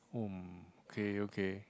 okay okay